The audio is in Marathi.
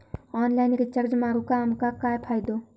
ऑनलाइन रिचार्ज करून आमका काय फायदो?